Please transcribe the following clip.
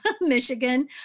Michigan